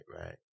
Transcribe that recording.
right